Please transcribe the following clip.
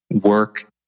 work